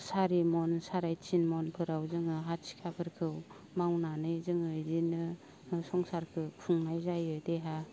सारि मन साराय तिन मनफोराव जोङो हा थिखाफोरखौ मावनानै जोङो इदिनो संसारखौ खुंनाय जायो देहा